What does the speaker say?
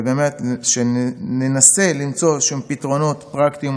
ושבאמת ננסה למצוא איזשהם פתרונות פרקטיים,